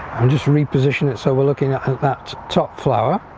and just reposition it so we're looking at that top flower